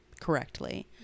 correctly